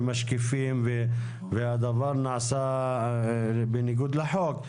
של משקיפים והדבר נעשה בניגוד לחוק.